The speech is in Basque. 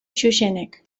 xuxenek